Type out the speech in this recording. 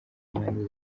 y’impande